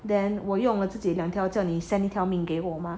then 我用了自己两条叫你可以 send 一条给我吗